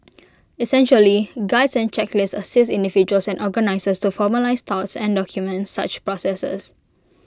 essentially Guides and checklist assist individuals and organisers to formalise thoughts and document such processes